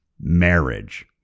marriage